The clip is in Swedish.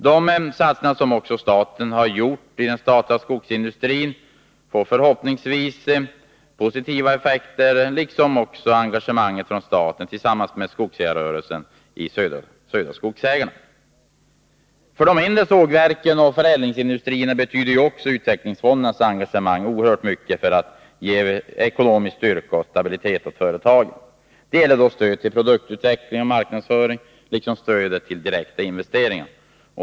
De satsningar som staten gjort på den statliga skogsindustrin får förhoppningsvis positiva effekter, liksom statens och skogsägarrörelsens engagemang i Södra skogsägarna. I fråga om de mindre sågverken och förädlingsindustrierna betyder också utvecklingsfondernas engagemang oerhört mycket för att ge ekonomisk styrka och stabilitet åt företagen. Det gäller stöd till produktutveckling och marknadsföring, liksom stöd till direkta investeringar.